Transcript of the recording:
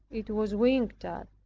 it was winked at,